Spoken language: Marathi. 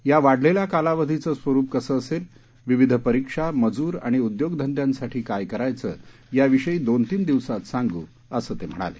या वाढलेल्या कालावधीचं स्वरुप कसं असेल विविध परिक्षा मजूर आणि उद्योगधंद्यांसाठी काय करायचं याविषयी दोनतीन दिवसांत सांगू असं ते म्हणाले